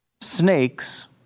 snakes